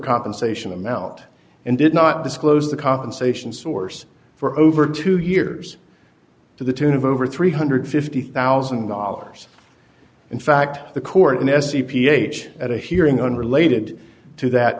compensation them out and did not disclose the compensation source for over two years to the tune of over three hundred and fifty thousand dollars in fact the court in s c ph at a hearing unrelated to that